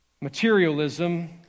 Materialism